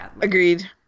Agreed